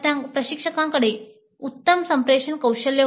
प्रशिक्षकाकडे उत्तम संप्रेषण कौशल्य होते